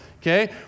Okay